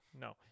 No